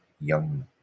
young